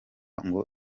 ngo